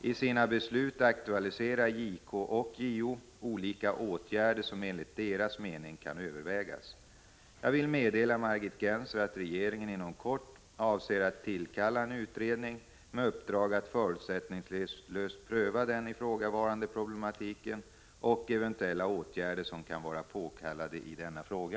I sina beslut aktualiserar JK och JO olika åtgärder som enligt deras mening kan övervägas. Jag vill meddela Margit Gennser att regeringen inom kort avser att tillsätta en utredning, med uppdrag att förutsättningslöst pröva den ifrågavarande problematiken och eventuella åtgärder som kan vara påkallade i denna fråga.